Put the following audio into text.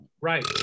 Right